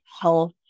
health